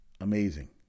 Amazing